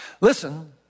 Listen